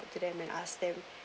to them and ask them